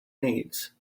needs